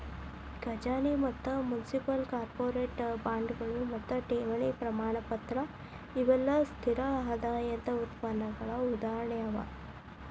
ಖಜಾನಿ ಮತ್ತ municipal, corporate ಬಾಂಡ್ಗಳು ಮತ್ತು ಠೇವಣಿ ಪ್ರಮಾಣಪತ್ರ ಇವೆಲ್ಲಾ ಸ್ಥಿರ ಆದಾಯದ್ ಉತ್ಪನ್ನಗಳ ಉದಾಹರಣೆ ಅವ